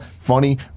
Funny